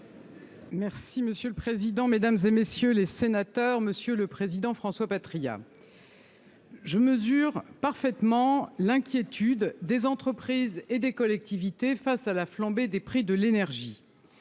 Merci monsieur le président, Mesdames et messieurs les sénateurs, monsieur le président, François Patriat. Je mesure parfaitement l'inquiétude des entreprises et des collectivités, face à la flambée des prix de l'énergie,